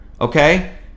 okay